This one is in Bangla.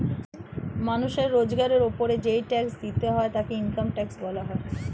মানুষের রোজগারের উপর যেই ট্যাক্স দিতে হয় তাকে ইনকাম ট্যাক্স বলা হয়